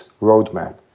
roadmap